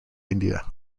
india